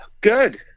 Good